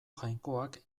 jainkoak